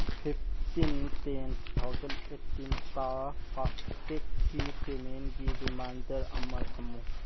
fifteen ten two thousand ꯑꯦꯠꯇꯤꯟꯇꯗ ꯐꯥꯁꯇꯦꯛꯀꯤ ꯄꯦꯃꯦꯟꯒꯤ ꯔꯤꯃꯥꯏꯟꯗꯔ ꯑꯃ ꯊꯝꯃꯨ